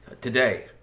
Today